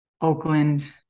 Oakland